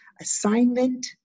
assignment